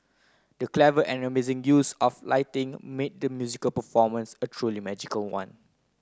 the clever and amazing use of lighting made the musical performance a truly magical one